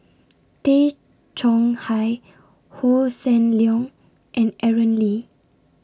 Tay Chong Hai Hossan Leong and Aaron Lee